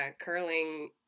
curling